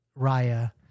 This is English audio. Raya